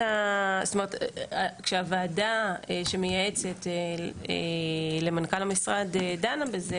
כשהוועדה שמייעצת למנכ"ל המשרד דנה בזה